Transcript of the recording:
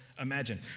imagine